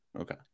Okay